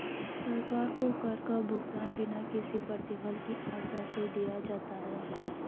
सरकार को कर का भुगतान बिना किसी प्रतिफल की आशा से दिया जाता है